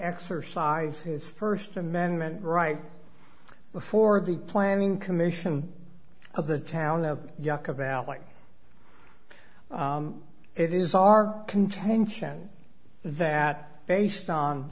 exercised his first amendment right before the planning commission of the town of yucca valley it is our contention that based on